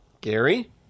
Gary